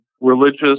religious